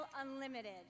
Unlimited